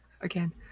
again